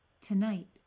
Tonight